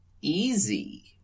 easy